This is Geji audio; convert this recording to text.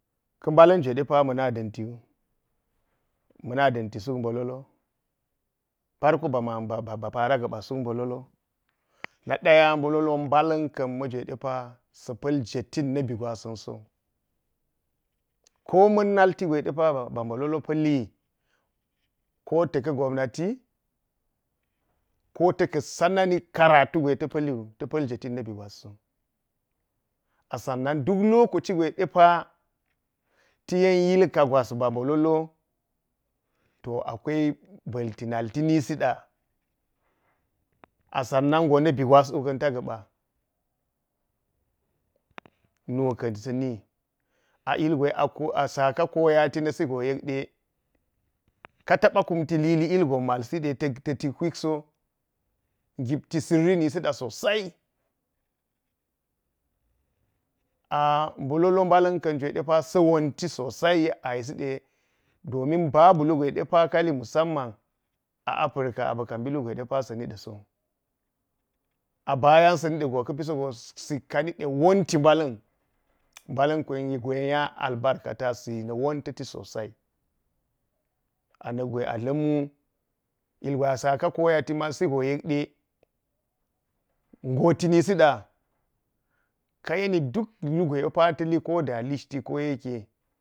Ka balan juwe depa mana dantiwa, mana danti suk bololo, parku ba man para gapa suk bolol na daya bololowa balanka majwe depa sapal jefit na bi gwasan so. Ko man naltigwe balololo pali ko ta̱ka̱ gobanati, ko ta̱ka̱ sanani karatu gwe ta paliwu ta pal jetit na bi gwasso a sannan duk lokaci gwe depa ta yen ilka gwa babololo to akwai balti nalti nisida. A saman go na bi gwaswi kanta gapa. nukan sani a ilgwe a saka koyati nasiko yelede ka tapa kumti lili ilgon malside ta tik huikso, gipti siri nisida sosai bololobalan kan kuwe depa sa wonti sosai yek a yiside domin babu ligwe depa kali musamman a africa a bika bi lugwe de asa niɗa̱ sowu, a bayam sa nidago ka pisogo sikka nide wonti balan balam gwe gwe nya albarkata shi na wontalti sosai. A nakgwe a tlamwu ilgwe a saka koyati malsigo yekede goti nisida ƙayeni duk lugwe depa tali koda lishti ko yekke.